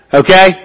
okay